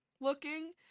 looking